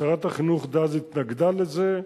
שרת החינוך דאז התנגדה לזה,